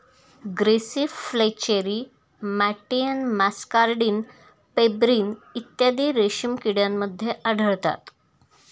grasserie flacherie मॅटियन muscardine pebrine इत्यादी रेशीम किड्यांमध्ये आढळतात